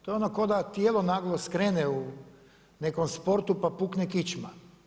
To je ono ko da tijelo naglo skrene u nekom sportu pa pukne kičma.